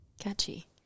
catchy